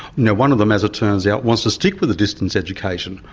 now one of them, as it turns out, wants to stick with the distance education.